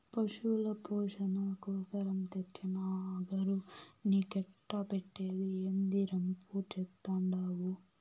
పశుల పోసణ కోసరం తెచ్చిన అగరు నీకెట్టా పెట్టేది, ఏందీ రంపు చేత్తండావు